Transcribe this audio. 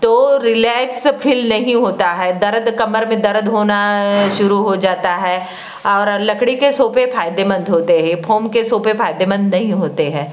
तो relax feel नहीं होता है दर्द कमर में दर्द होना शुरू हो जाता है और लकड़ी के सोफ़े फायदेमंद होते हैं फोम के सोफ़े फायदेमंद नहीं होते हैं